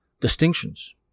distinctions